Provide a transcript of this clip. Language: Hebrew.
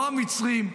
לא המצרים,